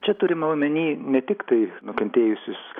čia turima omeny ne tiktai nukentėjusius